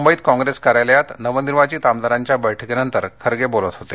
मुंबईत काँप्रेस कार्यालयात नवनिर्वाचित आमदारांच्या बैठकीनंतर खर्गे बोलत होते